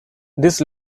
this